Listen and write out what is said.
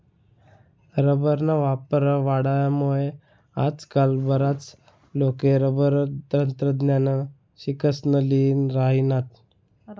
रबरना वापर वाढामुये आजकाल बराच लोके रबर तंत्रज्ञाननं शिक्सन ल्ही राहिनात